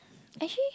actually